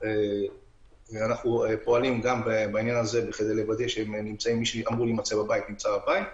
אנחנו פועלים כדי לוודא שמי שאמור להימצא בבית נמצא בבית,